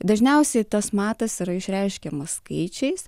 dažniausiai tas matas yra išreiškiamas skaičiais